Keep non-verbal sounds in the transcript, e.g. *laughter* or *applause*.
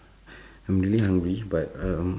*breath* I'm really hungry but um